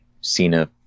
Cena